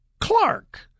Clark